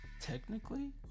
technically